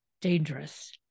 dangerous